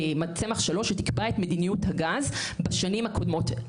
צמח 3 שתקבע את מדיניות הגז בשנים הקודמות.